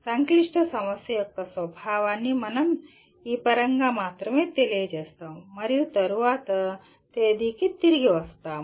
సంక్లిష్ట సమస్య యొక్క స్వభావాన్ని మనం ఈ పరంగా మాత్రమే తెలియజేస్తాము మరియు తరువాత తేదీకి తిరిగి వస్తాము